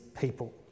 people